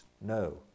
No